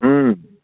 ꯎꯝ